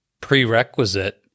prerequisite